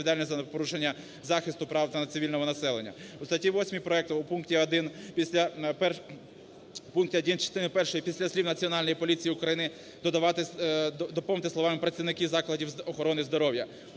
У статті 8 проекту у пункті 1 частини першої після слів "Національної поліції України" доповнити словами "працівники закладів з охорони здоров'я".